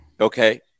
Okay